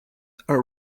are